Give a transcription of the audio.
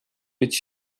być